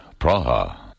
Praha